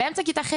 באמצע כיתה ח׳,